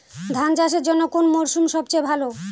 ধান চাষের জন্যে কোন মরশুম সবচেয়ে ভালো?